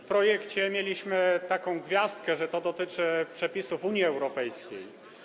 W projekcie mieliśmy taką gwiazdkę, że to dotyczy przepisów Unii Europejskiej.